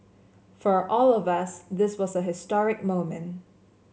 for all of us this was a historic moment